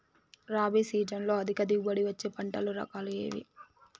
రబీ సీజన్లో అధిక దిగుబడి వచ్చే పంటల రకాలు ఏవి?